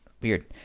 Weird